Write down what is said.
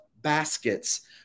baskets